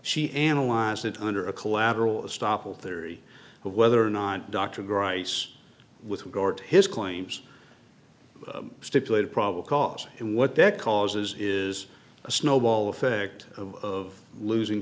she analyzed it under a collateral estoppel theory of whether or not dr grice with regard to his claims stipulated probable cause and what that causes is a snowball effect of losing